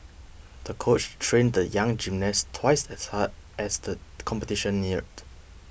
the coach trained the young gymnast twice as hard as the competition neared